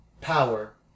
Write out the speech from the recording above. power